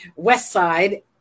Westside